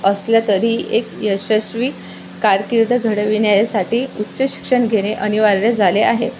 असल्या तरी एक यशस्वी कारकीर्द घडविण्यासाठी उच्च शिक्षण घेणे अनिवार्य झाले आहे